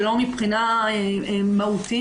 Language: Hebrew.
ולא מבחינה מהותית,